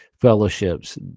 fellowships